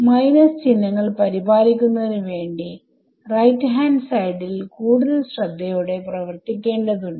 minus ചിഹ്നങ്ങൾ പരിപാലിക്കുന്നതിന് വേണ്ടി RHS ൽ കൂടുതൽ ശ്രദ്ധയോടെ പ്രവർത്തിക്കേണ്ടതുണ്ട്